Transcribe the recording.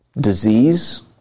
disease